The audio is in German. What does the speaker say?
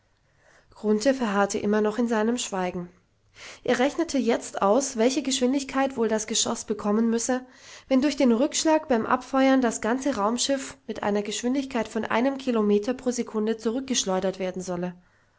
verharrte noch immer in seinem schweigen er rechnete jetzt aus welche geschwindigkeit wohl das geschoß bekommen müsse wenn durch den rückschlag beim abfeuern das ganze raumschiff mit einer geschwindigkeit von einem kilometer pro sekunde zurückgeschleudert werden solle